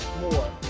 more